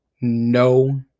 no